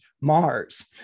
Mars